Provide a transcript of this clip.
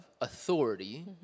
authority